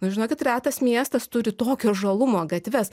žinokit retas miestas turi tokio žalumo gatves